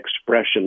expression